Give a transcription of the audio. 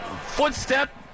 footstep